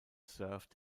served